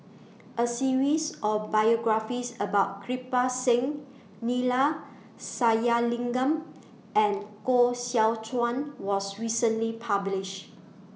A series of biographies about Kirpal Singh Neila Sathyalingam and Koh Seow Chuan was recently published